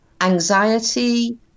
anxiety